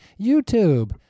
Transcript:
YouTube